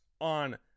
on